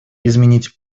изменить